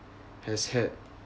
has had